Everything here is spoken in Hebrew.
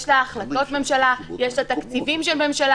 יש לה החלטות ממשלה ויש לה תקציבים של ממשלה,